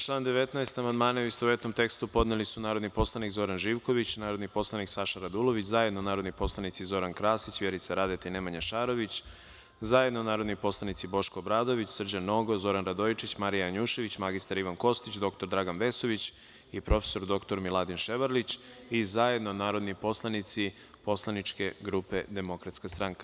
Na član 19. amandmane, u istovetnom tekstu, podneli su narodni poslanik Zoran Živković, narodni poslanik Saša Radulović, zajedno narodni poslanici Zoran Krasić, Vjerica Radeta i Nemanja Šarović, zajedno narodni poslanici Boško Obradović, Srđan Nogo, Zoran Radojičić, Marija Janjušević, mr Ivan Kostić, dr Dragan Vesović i prof. dr Miladin Ševarlić i zajedno narodni poslanici Poslaničke grupe Demokratska stranka.